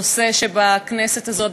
נושא שבכנסת הזאת,